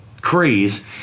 craze